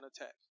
attack